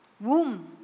Womb